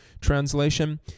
translation